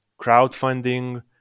crowdfunding